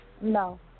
No